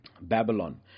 Babylon